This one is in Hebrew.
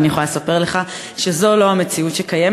ואני יכולה לספר לך שזו לא המציאות שקיימת.